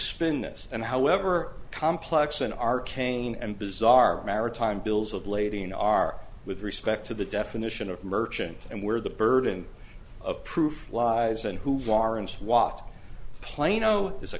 spin this and however complex an arcane and bizarre maritime bills of lading are with respect to the definition of merchant and where the burden of proof lies and who warrants walk plano is a